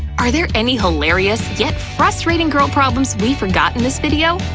are there any hilarious yet frustrating girl problems we forgot in this video?